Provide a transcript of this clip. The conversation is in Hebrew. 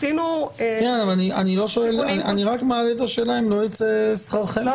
אני רק מעלה אתה שאלה אם לא יצא שכרכם בהפסדו.